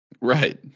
right